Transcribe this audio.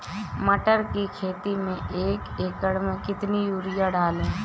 मटर की खेती में एक एकड़ में कितनी यूरिया डालें?